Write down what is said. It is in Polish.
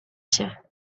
się